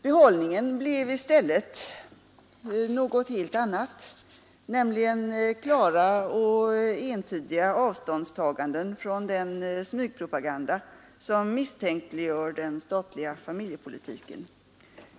Behållningen blev i stället något helt annat; klara och entydiga avståndstaganden från den smygpropaganda som misstänkliggör den statliga familjepolitiken.